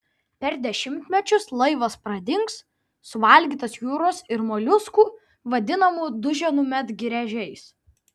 per dešimtmečius laivas pradings suvalgytas jūros ir moliuskų vadinamų duženų medgręžiais